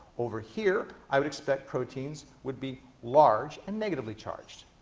over here, i would expect proteins would be large and negatively charged.